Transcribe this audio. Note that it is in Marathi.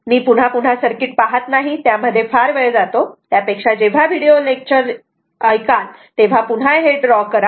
तर मी पुन्हा पुन्हा सर्किट पाहत नाही त्यामध्ये फार वेळ जातो त्यापेक्षा जेव्हा व्हिडिओ लेक्चर ऐकाल तेव्हा हे पुन्हा ड्रॉ करा